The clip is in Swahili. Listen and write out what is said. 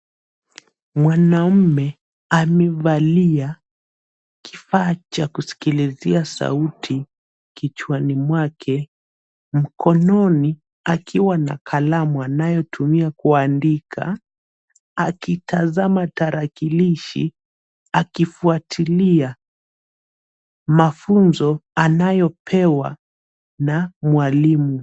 Mwanamume amevalia kifaa cha kusikilizia sauti kichwani mwake. Mkononi akiwa na kalamu anayotumia kuandika akitazama tarakilishi akifuatilia mafunzo anayopewa na mwalimu.